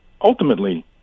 ultimately